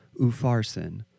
Ufarsin